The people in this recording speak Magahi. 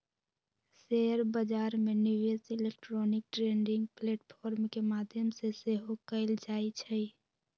शेयर बजार में निवेश इलेक्ट्रॉनिक ट्रेडिंग प्लेटफॉर्म के माध्यम से सेहो कएल जाइ छइ